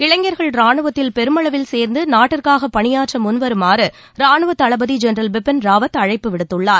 இளைஞர்கள் ராணுவத்தில் பெருமளவில் சேர்ந்து நாட்டிற்காக பணியாற்ற முன்வருமாறு ராணுவத் தளபதி ஜென்ரல் பிபின் ராவத் அழைப்பு விடுத்துள்ளார்